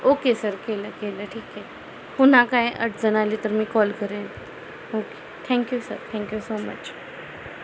okay sir केलं केलं ठीक आहे पुन्हा काय अडचण आली तर मी कॉल करेन okay thank you sir thank you so much